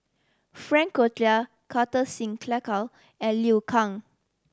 Frank Cloutier Kartar Singh Thakral and Liu Kang